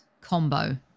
combo